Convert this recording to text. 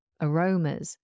aromas